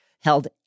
held